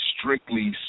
strictly